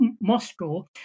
Moscow